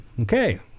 Okay